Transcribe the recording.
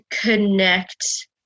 connect